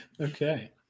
Okay